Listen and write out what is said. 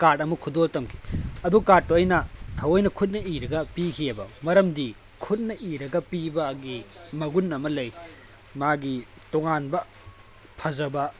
card ꯑꯃ ꯈꯨꯗꯣꯜ ꯇꯝꯈꯤ ꯑꯗꯨ ꯀꯥꯔꯠꯇꯣ ꯑꯩꯅ ꯊꯧꯑꯣꯏꯅ ꯈꯨꯠꯅ ꯏꯔꯒ ꯄꯤꯈꯤꯑꯕ ꯃꯔꯝꯗꯤ ꯈꯨꯠꯅ ꯏꯔꯒ ꯄꯤꯕꯒꯤ ꯃꯒꯨꯟ ꯑꯃ ꯂꯩ ꯃꯥꯒꯤ ꯇꯣꯉꯥꯟꯕ ꯐꯖꯕ